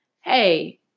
Hey